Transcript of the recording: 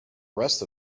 rest